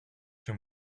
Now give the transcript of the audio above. się